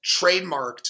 trademarked